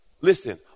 Listen